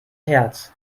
herz